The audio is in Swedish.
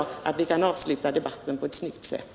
Då hade vi kunnat avsluta debatten på ett snyggt sätt.